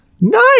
Nice